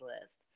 list